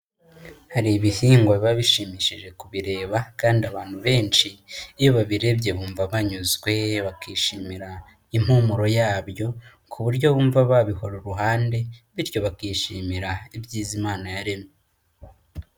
Hari ibihingwa biba bishimishije kubireba kandi abantu benshi iyo babirebye bumva banyuzwe, bakishimira impumuro yabyo, ku buryo bumva babihora iruhande, bityo bakishimira ibyiza Imana yaremye.